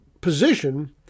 position